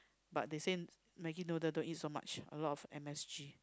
but they say Maggie noodle don't eat so much a lot of M S_G